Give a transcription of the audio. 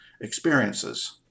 experiences